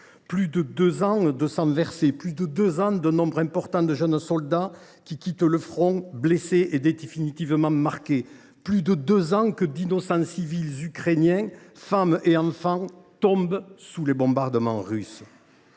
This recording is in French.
plus de deux ans de sang versé, plus de deux ans au cours desquels un nombre trop important de jeunes soldats ont quitté le front blessés et définitivement marqués, alors que d’innocents civils ukrainiens, femmes et enfants, tombaient sous les bombardements russes.